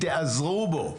תעזרו בו.